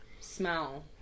smell